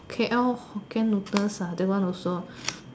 okay Hokkien noodles that one also